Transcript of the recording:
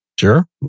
sure